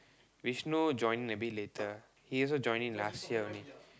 Vishnu join a bit later he also join in last year only